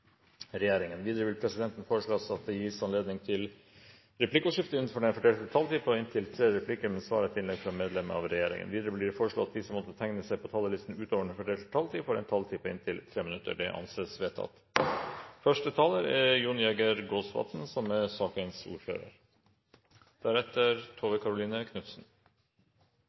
regjeringen. Videre vil presidenten foreslå at det gis anledning til replikkordskifte på inntil tre replikker med svar etter innlegg fra medlem av regjeringen innenfor den fordelte taletid. Videre blir det foreslått at de som måtte tegne seg på talerlisten utover den fordelte taletid, får en taletid på inntil 3 minutter. – Det anses vedtatt.